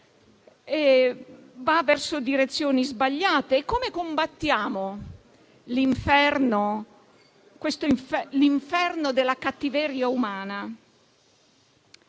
va verso direzioni sbagliate. Come combattiamo l'inferno della cattiveria umana?